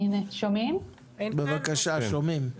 שחר, בבקשה.